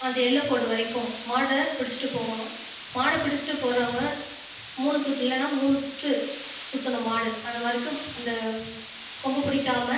அந்த எல்லைக் கோடு வரைக்கும் மாடை பிடித்துட்டு போகணும் மாடை பிடித்துட்டு போகிறவங்க மூணு இல்லைன்னா மூணு சுற்று சுற்றணும் மாடு அதுவரைக்கும் அந்த கொம்பு பிடிக்காமல்